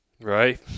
Right